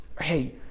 Hey